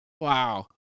wow